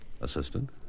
Assistant